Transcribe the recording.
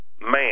man